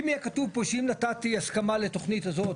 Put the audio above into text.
אם יהיה כתוב פה שאם נתתי הסכמה לתוכנית הזאת,